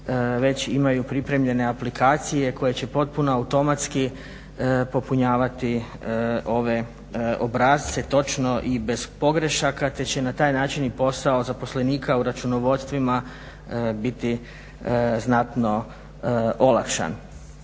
već imaju pripremljene aplikacije koje će potpuno automatski popunjavati ove obrasce točno i bez pogrešaka te će na taj način i posao zaposlenika u računovodstvima biti znatno olakšan.